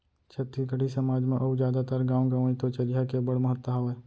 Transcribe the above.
छत्तीसगढ़ी समाज म अउ जादातर गॉंव गँवई तो चरिहा के बड़ महत्ता हावय